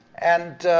and